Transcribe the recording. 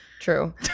True